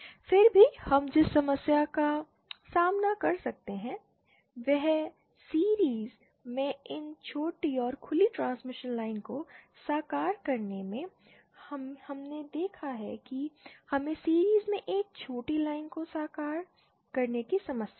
फिर भी हम जिस समस्या का सामना कर सकते हैं वह सीरिज़ में इन छोटी और खुली ट्रांसमिशन लाइन को साकार करने में हमने देखा कि हमें सीरिज़ में एक छोटी लाइन को साकार करने की समस्या है